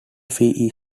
fee